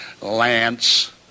Lance